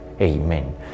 Amen